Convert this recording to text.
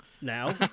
now